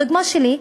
הדוגמה שלי,